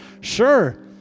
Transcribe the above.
Sure